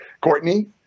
courtney